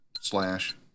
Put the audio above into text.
slash